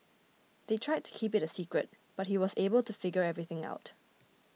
they tried to keep it a secret but he was able to figure everything out